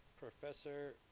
Professor